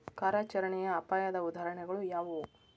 ಕಾರ್ಯಾಚರಣೆಯ ಅಪಾಯದ ಉದಾಹರಣೆಗಳು ಯಾವುವು